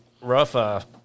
rough